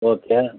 okay